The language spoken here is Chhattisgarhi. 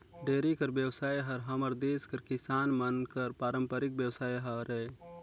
डेयरी कर बेवसाय हर हमर देस कर किसान मन कर पारंपरिक बेवसाय हरय